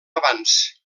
avanç